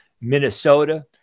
Minnesota